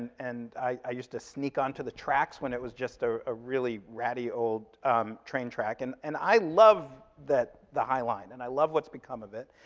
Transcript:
and i used to sneak onto the tracks when it was just a ah really ratty old train track, and and i love the high line and i love what's become of it.